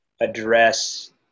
address